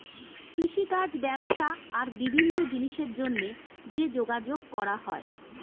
কৃষিকাজ, ব্যবসা আর বিভিন্ন জিনিসের জন্যে যে যোগাযোগ করা হয়